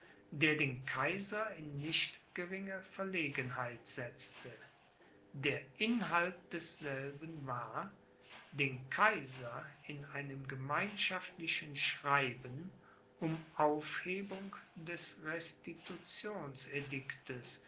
der den kaiser in nicht geringe verlegenheit setzte der inhalt desselben war den kaiser in einem gemeinschaftlichen schreiben um aufhebung des